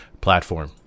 platform